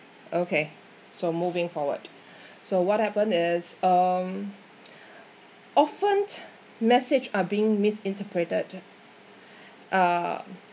okay so moving forward so what happen is um often message are being misinterpreted uh